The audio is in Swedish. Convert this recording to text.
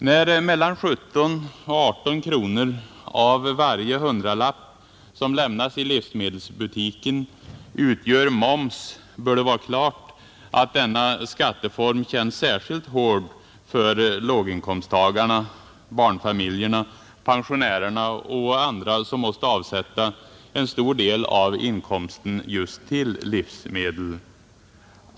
När mellan 17 och 18 kronor av varje hundralapp som lämnas i livsmedelsbutiken utgör moms bör det vara klart att denna skatteform känns särskilt hård för låginkomsttagarna, barnfamiljerna, pensionärerna och andra som måste avsätta en stor del av inkomsten just till livsmedel.